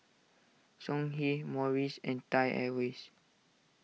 Songhe Morries and Thai Airways